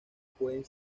pueden